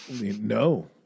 no